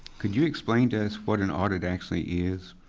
could you explain to us what an audit actually is?